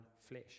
flesh